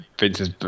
Vince's